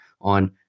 on